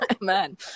man